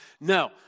No